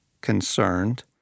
concerned